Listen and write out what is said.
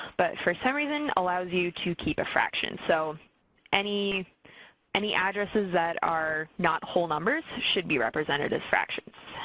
but for some reason allows you to keep a fraction, so any any addresses that are not whole numbers should be represented as fractions.